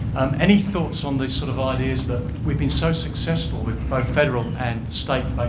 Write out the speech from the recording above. any thoughts on these sort of ideas that we've been so successful with both federal and state